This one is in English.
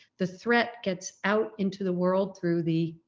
the threat gets out into the world through the,